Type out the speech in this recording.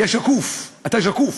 יא שקוף, אתה שקוף.